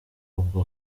ubwo